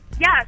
Yes